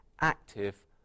active